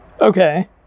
Okay